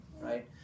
right